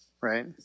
right